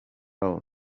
own